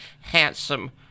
handsome